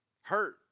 hurt